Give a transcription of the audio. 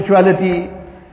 spirituality